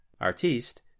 Artiste